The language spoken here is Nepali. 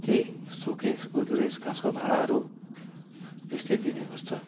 त्यही सोकेस गोद्रेज काँसको भाँडाहरू त्यस्तै दिने गर्छ